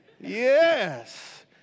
Yes